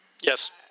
Yes